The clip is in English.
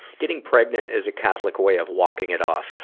getting pregnant is a catholic way of walking it off.